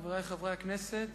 חברי חברי הכנסת,